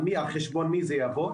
על חשבון מי זה יבוא?